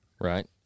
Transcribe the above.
right